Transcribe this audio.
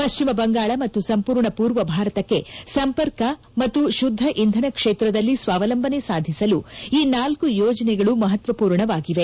ಪಶ್ಚಿಮ ಬಂಗಾಳ ಮತ್ತು ಸಂಪೂರ್ಣ ಪೂರ್ವ ಭಾರತಕ್ಕೆ ಸಂಪರ್ಕ ಮತ್ತು ಶುದ್ದ ಇಂಧನ ಕ್ಷೇತ್ರದಲ್ಲಿ ಸ್ವಾವಲಂಬನೆ ಸಾಧಿಸಲು ಈ ನಾಲ್ಕು ಯೋಜನೆಗಳು ಮಹತ್ವಪೂರ್ಣವಾಗಿವೆ